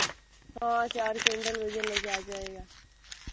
हाँ चार क्विंटल वज़न लेकर आ जाएगा